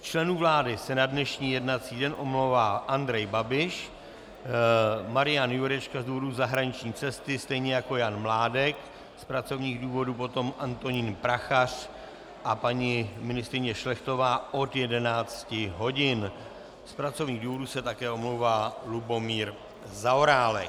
Z členů vlády se na dnešní jednací den omlouvá Andrej Babiš, Marian Jurečka z důvodu zahraniční cesty, stejně jako Jan Mládek, z pracovních důvodů potom Antonín Prachař a paní ministryně Šlechtová od 11 hodin, z pracovních důvodů se také omlouvá Lubomír Zaorálek.